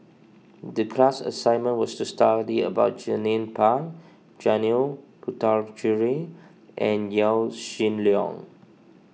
the class assignment was to study about Jernnine Pang Janil Puthucheary and Yaw Shin Leong